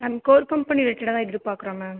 நான் core company ரிலேட்டடாக எதிர்பார்க்குறோம் மேம்